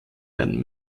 werden